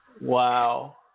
Wow